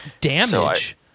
Damage